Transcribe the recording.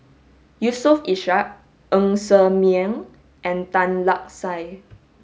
Yusof Ishak Ng Ser Miang and Tan Lark Sye